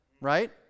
right